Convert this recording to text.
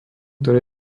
ktoré